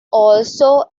also